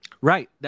Right